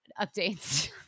updates